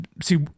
see